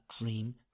dream